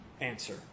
answer